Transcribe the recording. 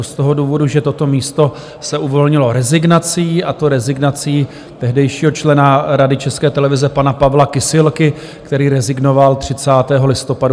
Je to z toho důvodu, že toto místo se uvolnilo rezignací, a to rezignací tehdejšího člena Rady České televize pana Pavla Kysilky, který rezignoval 30. listopadu 2022.